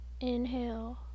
inhale